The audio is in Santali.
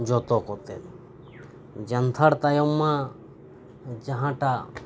ᱡᱚᱛᱚ ᱠᱚᱛᱮᱡᱟᱱᱛᱷᱟᱲ ᱛᱟᱭᱚᱢ ᱢᱟ ᱡᱟᱦᱟᱸᱴᱟᱜ